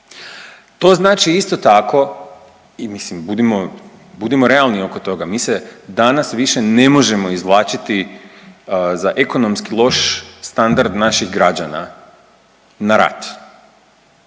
To znači isto tako i mislim budimo, budimo realni oko toga, mi se danas više ne možemo izvlačiti za ekonomski loš standard naših građana na rat.